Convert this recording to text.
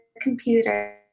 computer